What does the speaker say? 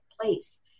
place